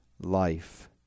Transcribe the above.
life